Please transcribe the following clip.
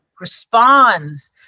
responds